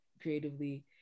creatively